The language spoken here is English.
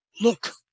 look